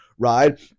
ride